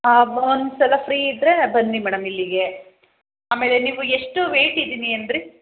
ಹಾಂ ಬ ಒಂದ್ಸಲ ಫ್ರೀ ಇದ್ದರೆ ಬನ್ನಿ ಮೇಡಮ್ ಇಲ್ಲಿಗೆ ಆಮೇಲೆ ನೀವು ಎಷ್ಟು ವೇಯ್ಟ್ ಇದ್ದೀನಿ ಅಂದಿರಿ